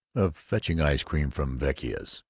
of fetching ice cream from vecchia's.